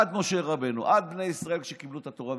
עד משה רבנו ועד בני ישראל כשקיבלו את התורה.